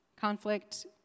conflict